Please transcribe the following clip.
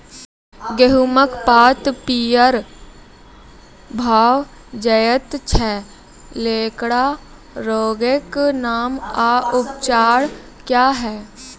गेहूँमक पात पीअर भअ जायत छै, तेकरा रोगऽक नाम आ उपचार क्या है?